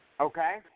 Okay